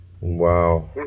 Wow